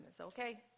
Okay